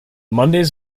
mondays